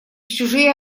чужие